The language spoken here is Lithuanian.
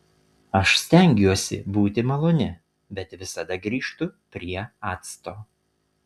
aš stengiuosi būti maloni bet visada grįžtu prie acto